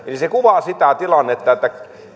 eli se kuvaa sitä tilannetta että